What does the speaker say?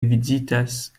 vizitas